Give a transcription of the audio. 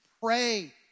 pray